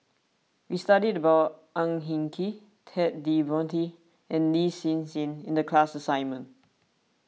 we studied about Ang Hin Kee Ted De Ponti and Lin Hsin Hsin in the class assignment